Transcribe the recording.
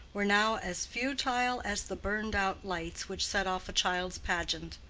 were now as futile as the burned-out lights which set off a child's pageant.